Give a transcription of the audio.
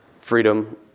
freedom